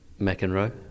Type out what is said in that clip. McEnroe